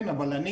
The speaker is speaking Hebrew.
כן אבל אני,